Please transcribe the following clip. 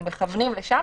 אנחנו מכוונים לשם,